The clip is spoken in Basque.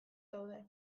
daude